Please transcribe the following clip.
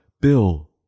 Bill